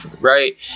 right